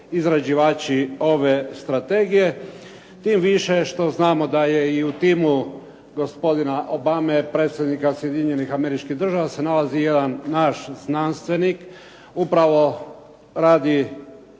izrađivači ove strategije, tim više što znamo da je i u timu gospodina Obame, predsjednika Sjedinjenih Američkih Država se nalazi jedan naš znanstvenik upravo radi,